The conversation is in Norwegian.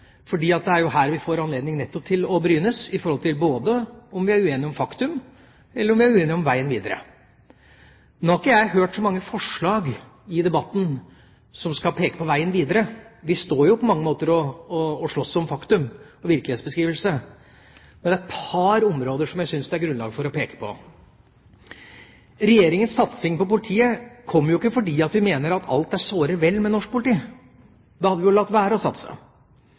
fordi det jo er her vi får en anledning til å brynes når det gjelder både om vi er uenige om fakta, og om vi er uenige om veien videre. Nå har ikke jeg hørt så mange forslag i debatten som skal peke på veien videre. Vi står jo på mange måter og slåss om fakta – virkelighetsbeskrivelsen. Men det er et par områder jeg syns det er grunnlag for å peke på. Regjeringas satsing på politiet kommer ikke fordi vi mener at alt er såre vel med norsk politi. Da hadde vi latt være å satse.